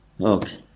Okay